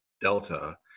Delta